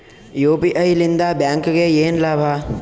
UPI ಲಿಂದ ಬ್ಯಾಂಕ್ಗೆ ಏನ್ ಲಾಭ?